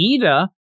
Ida